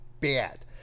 bad